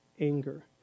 anger